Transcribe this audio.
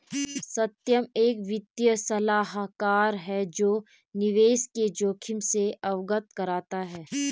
सत्यम एक वित्तीय सलाहकार है जो निवेश के जोखिम से अवगत कराता है